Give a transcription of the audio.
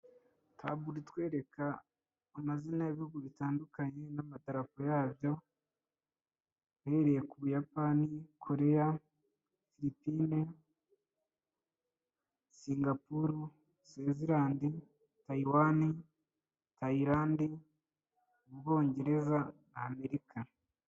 Tabulo itwereka amazina y'ibihugu bitandukanye n'amadarapo yabyo, Uhereye ku Buyapani, Koreya, Filipine, Singapuru, Suwazilandi, Tayiwani, Tayilandi, Ubwongereza, Amerika.